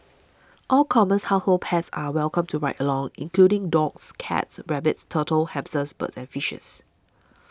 all commons household pets are welcome to ride along including dogs cats rabbits turtles hamsters birds and fishes